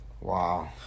wow